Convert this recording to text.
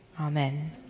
Amen